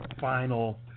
final